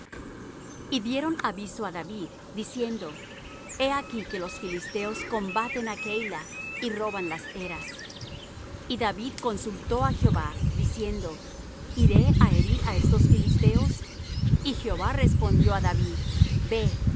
y dieron aviso á david dicendo he aquí que los filisteos combaten á keila y roban las eras y david consultó á jehová diciendo iré á herir á estos filisteos y jehová respondió á david ve hiere á